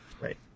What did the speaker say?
Right